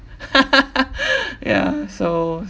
ya so